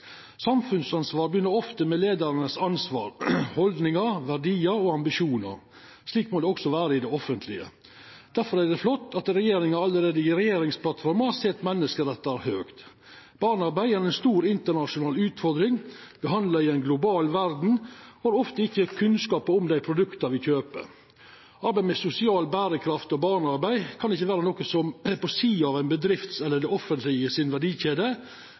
Samfunnsansvar begynner ofte med ansvaret, haldningane, verdiane og ambisjonane til leiarane. Slik må det også vera i det offentlege. Derfor er det flott at regjeringa allereie i regjeringsplattforma set menneskerettar høgt. Barnearbeid er ei stor internasjonal utfordring. Me handlar i ei global verd og har ofte ikkje kunnskapar om dei produkta me kjøper. Arbeid med sosial berekraft og barnearbeid kan ikkje vera noko som er på sida av bedriftene eller det offentlege si verdikjede,